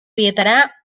bietara